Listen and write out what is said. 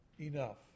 enough